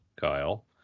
Kyle